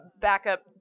backup